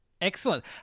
Excellent